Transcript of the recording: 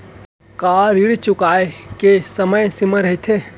का ऋण चुकोय के समय सीमा रहिथे?